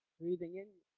moving in,